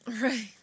Right